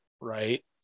right